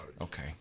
Okay